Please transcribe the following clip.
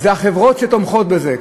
זה שהחברות תומכות בזה.